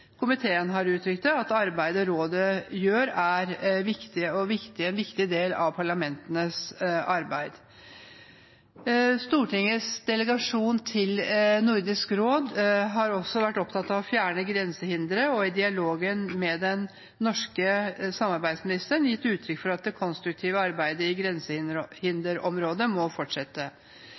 komiteen har uttrykt det, at arbeidet rådet gjør, er en viktig del av parlamentenes arbeid. Stortingets delegasjon til Nordisk råd har vært opptatt av å fjerne grensehindre, og har i dialogen med den norske samarbeidsministeren gitt uttrykk for at det konstruktive arbeidet på grensehinderområdet må fortsette.